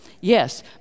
Yes